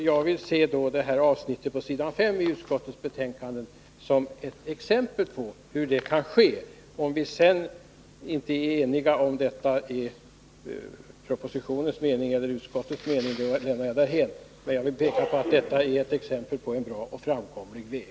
Jag tycker att det som anförts på s. 5 i utskottets betänkande är ett bra exempel på hur detta kan ske. Om vi sedan inte är eniga om det som föreslås i propositionen eller det utskottet hemställer, det lämnar jag därhän. Jag vill bara anföra att detta är exempel på en bra och framkomlig väg.